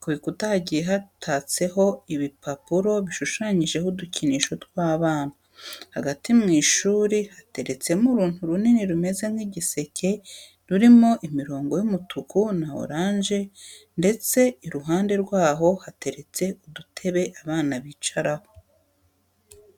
Ku bikuta hagiye hatatseho ibipapuro bishushanyijeho udukinisho tw'abana. Hagati mu ishuri hateretsemo uruntu runini rumeze nk'igiseke rurimo imirongo y'umutuku na oranje ndetse iruhande rwaho hateretse udutebe abana bicaraho.